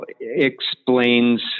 explains